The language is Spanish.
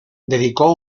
dedicó